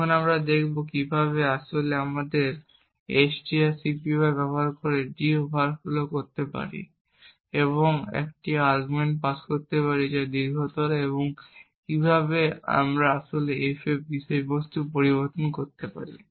এখন আমরা দেখব কিভাবে আমরা আসলে এই strcpy ব্যবহার করে d ওভারফ্লো করতে পারি এবং একটি আর্গুমেন্ট পাস করতে পারি যা দীর্ঘতর এবং কিভাবে আমরা আসলে f এর বিষয়বস্তু পরিবর্তন করতে পারি